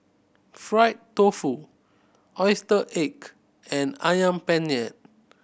fried tofu oyster ache and Ayam Penyet